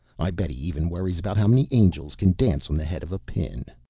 i bet he even worries about how many angels can dance on the head of a pin.